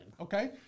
Okay